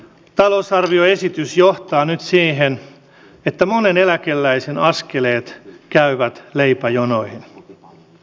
talousarvioesitys johtaa nyt siihen että monen eläkeläisen askeleet käyvät leipäjonoihin